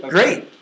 Great